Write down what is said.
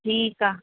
ठीकु आहे